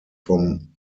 from